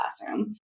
classroom